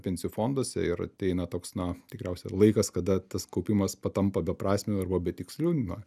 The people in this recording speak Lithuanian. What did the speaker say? pensijų fonduose ir ateina toks na tikriausiai laikas kada tas kaupimas patampa beprasmiu arba betiksliu na